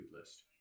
list